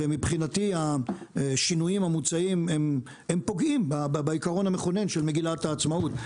ומבחינתי השינויים המוצעים פוגעים בעיקרון המכונן של מגילת העצמאות.